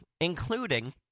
including